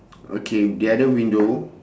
okay the other window